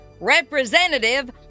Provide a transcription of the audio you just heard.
Representative